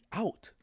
out